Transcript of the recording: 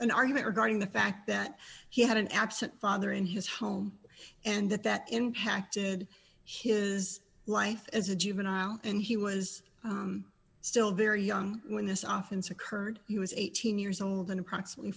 an argument regarding the fact that he had an absent father in his home and that that impacted his life as a juvenile and he was still very young when this off into curd he was eighteen years old in approximately